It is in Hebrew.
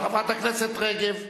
חברת הכנסת רגב.